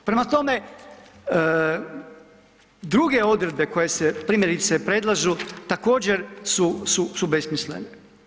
Prema tome, druge odredbe koje se, primjerice, predlažu također su, su, su besmislene.